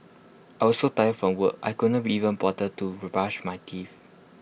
I was so tired from work I could not even bother to brush my teeth